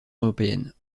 européennes